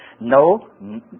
no